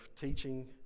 teaching